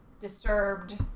disturbed